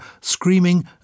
screaming